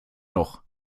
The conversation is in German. noch